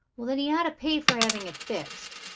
well, then, he ought to pay for having it fixed.